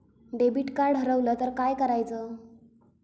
Debit card हरवल तर काय करायच?